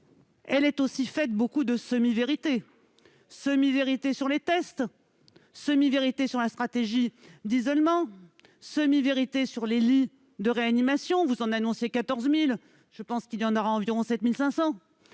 est aussi faite de beaucoup de semi-vérités : semi-vérité sur les tests, semi-vérité sur la stratégie d'isolement, semi-vérité sur les lits de réanimation- vous en annonciez 14 000, je pense que nous serons plus